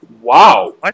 Wow